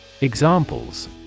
Examples